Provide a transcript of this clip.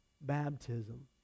baptism